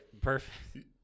perfect